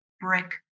brick